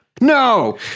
no